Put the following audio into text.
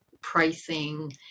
pricing